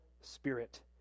spirit